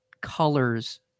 colors